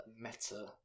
Meta